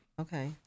Okay